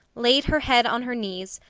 laid her head on her knees,